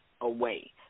away